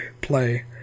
play